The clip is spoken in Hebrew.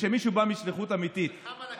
כשמישהו בא משליחות אמיתית, נלחם על הכיסא.